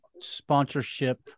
sponsorship